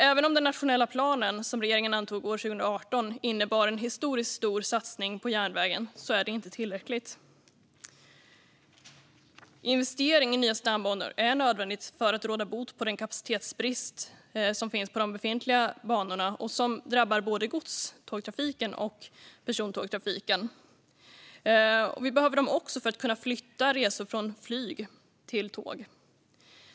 Även om den nationella plan som regeringen antog 2018 innebar en historiskt stor satsning på järnvägen är det inte tillräckligt. Investering i nya stambanor är nödvändigt för att råda bot på den kapacitetsbrist som finns på de befintliga banorna och som drabbar både gods och persontågtrafiken. Vi behöver dem också för att kunna flytta resor från flyg till tåg.